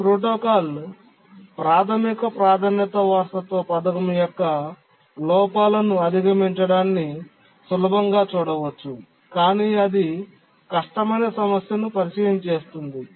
ఈ ప్రోటోకాల్ ప్రాథమిక ప్రాధాన్యత వారసత్వ పథకం యొక్క లోపాలను అధిగమించడాన్ని సులభంగా చూడవచ్చు కాని అది కష్టమైన సమస్యను పరిచయం చేస్తుంది